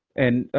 and,